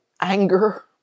anger